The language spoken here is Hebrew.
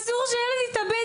אסור שילד יתאבד,